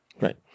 Right